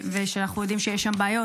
ושאנחנו יודעים שיש שם בעיות?